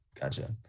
gotcha